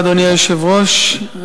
אדוני היושב-ראש,